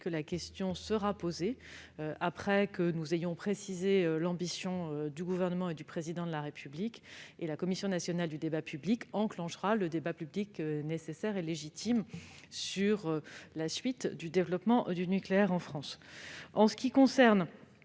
que la question sera posée, une fois que nous aurons précisé l'ambition du Gouvernement et du Président de la République. La Commission nationale du débat public enclenchera alors le débat public nécessaire et légitime sur la suite du développement du nucléaire en France. Côté énergies